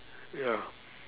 ya